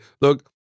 look